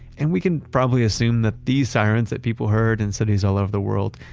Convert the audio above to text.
and we can probably assume that these sirens that people heard in cities all over the world,